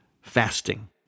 fasting